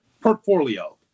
portfolio